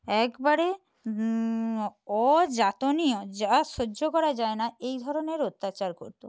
একবারে অজাতনীয় যা সহ্য করা যায় না এই ধরনের অত্যাচার করতো